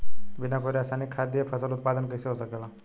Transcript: बिना कोई रसायनिक खाद दिए फसल उत्पादन कइसे हो सकेला?